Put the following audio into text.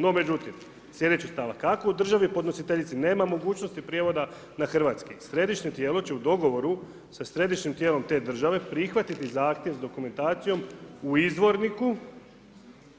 No, međutim slijedeći stavak, ako u državi podnositeljici nema mogućnosti prijevoda na hrvatski središnje tijelo će u dogovoru sa središnjim tijelom te države, prihvatiti zahtjev s dokumentacijom u izvorniku